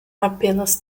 apenas